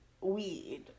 weed